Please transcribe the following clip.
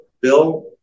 Bill